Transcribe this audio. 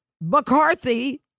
McCarthy